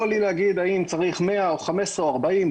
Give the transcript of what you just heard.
לא לי להגיד אם צריך 100 או 15 או 40,